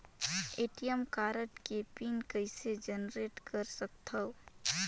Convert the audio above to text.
ATM card के PIN कइसे generate कर सकथव?